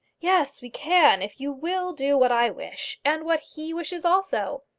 yes, we can if you will do what i wish, and what he wishes also.